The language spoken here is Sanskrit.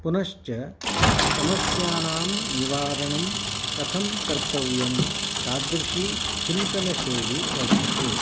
पुनश्च समस्यानां निवारणं कथं कर्तव्यं तादृशी चिन्तनशैली वर्धते